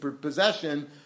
possession